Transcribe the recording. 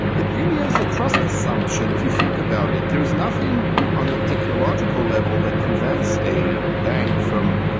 it really is a trust assumption if you think about it. there is nothing on the technological level that prevents a bank from,